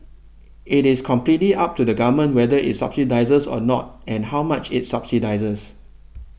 it is completely up to the Government whether it subsidises or not and how much it subsidises